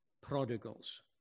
prodigals